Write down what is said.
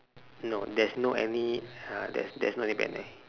no there's no any uh there's there's no any banner